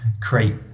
create